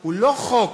הוא לא חוק